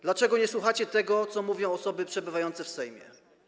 Dlaczego nie słuchacie tego, co mówią osoby przebywające w Sejmie?